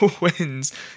wins